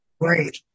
Great